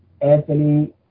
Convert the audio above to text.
Anthony